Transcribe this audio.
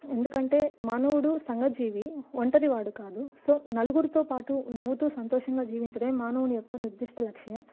ఎందుకంటే మానవుడు సంఘజీవి ఒంటరివాడు కాదు సో నలుగురితో పాటు నవ్వుతూ సంతోషంగా జీవించడమే మానవుని యొక్క నిర్దిష్ట లక్ష్యం